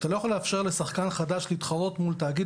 אתה לא יכול לאפשר לשחקן חדש להתחרות מול תאגיד